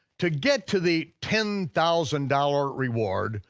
to get to the ten thousand dollars reward,